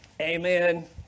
Amen